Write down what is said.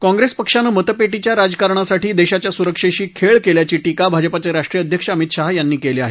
काँग्रेस पक्षानं मतपेटीच्या राजकारणासाठी देशाच्या सुरक्षेशी खेळ केल्याची टीका भाजपाचे राष्ट्रीय अध्यक्ष अमित शाह यांनी केली आहे